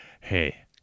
Hey